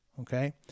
Okay